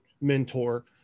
mentor